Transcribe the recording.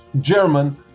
German